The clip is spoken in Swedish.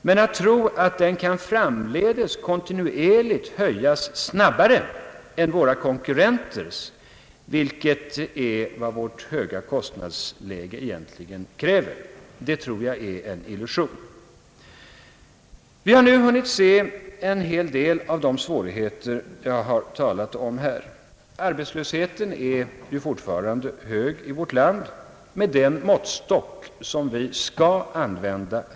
Men att tro att den framdeles kan kontinuerligt höjas snabbare än våra konkurrenters, vilket är vad vårt höga kostnadsläge egentligen kräver, det är en illusion. Vi har nu hunnit se en hel del av de svårigheter jag talar om. Arbetslösheten är fortfarande hög i vårt land, med den måttstock vi skall använda.